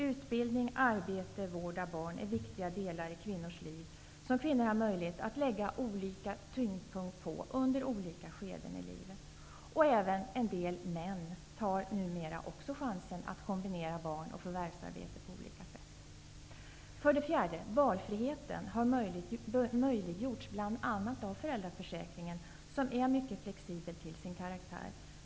Utbildning, arbete och vård av barn är viktiga delar i kvinnors liv, som kvinonr har möjlighet att lägga olika tyngdpunkt på under olika skeden i livet. Även en del män tar numera också chansen att kombinera barn och förvärvsarbete på olika sätt. För det fjärde: Valfriheten har möjliggjorts bl.a. av föräldraförsäkringen, som är mycket flexibel till sin karaktär.